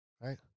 right